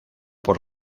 por